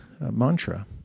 mantra